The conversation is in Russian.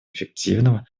эффективного